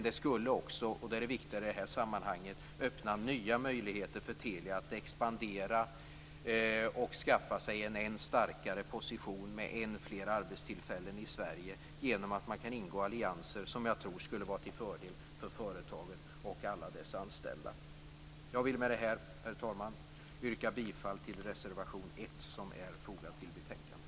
Det skulle också - och det är det viktiga i detta sammanhang - öppna nya möjligheter för Telia att expandera och skaffa sig en än starkare position med än fler arbetstillfällen i Sverige genom att man kan ingå allianser som jag tror skulle vara till fördel för företaget och alla dess anställda. Jag vill med detta, herr talman, yrka bifall till reservation 1, som är fogad till betänkandet.